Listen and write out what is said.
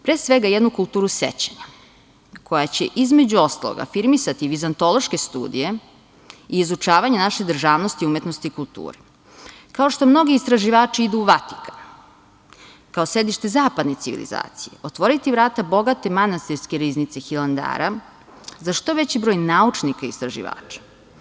Pre svega, jednu kulturu sećanja, koja će između ostalog afirmisati vizantološke studije i izučavanje naše državnosti, umetnosti, kulture, kao što mnogi istraživači idu u Vatikan kao sedište zapadne civilizacije, otvoriti vrata bogate manastirske riznice Hilandara za što veći broj naučnika i istraživača.